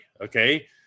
Okay